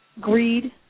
Greed